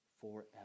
forever